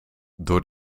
door